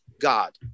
god